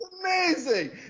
amazing